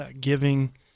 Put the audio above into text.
giving